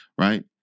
right